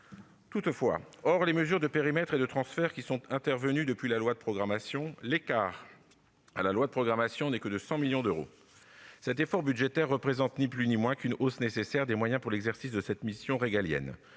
Toutefois, hors les mesures de périmètre et de transfert intervenues depuis le vote de cette loi, l'écart avec celle-ci n'est que de 100 millions d'euros. Cet effort budgétaire représente ni plus ni moins qu'une hausse nécessaire des moyens consacrés à l'exercice de cette mission régalienne.